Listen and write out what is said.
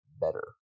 better